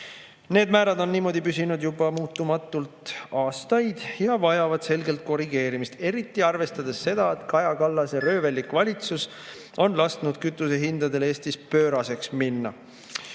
Need määrad on püsinud muutumatult aastaid ja vajavad selgelt korrigeerimist, eriti arvestades seda, et Kaja Kallase röövellik valitsus on lasknud kütusehindadel Eestis pööraseks minna.